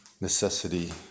necessity